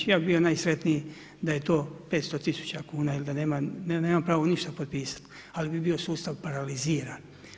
Ja bi bio najsretniji, da je to 500000 kuna i da nemam pravo ništa potpisati, ali bi bio sustav paraliziran.